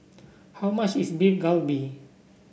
how much is Beef Galbi